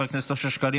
חבר הכנסת איימן עודה,